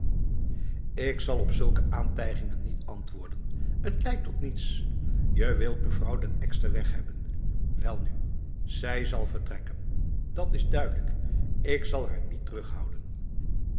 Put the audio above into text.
ik zal op zulke aantijgingen niet antwoorden het leidt tot niets je wilt mevrouw den ekster weg hebben welnu zij zal vertrekken dat is duidelijk ik zal haar niet terughouden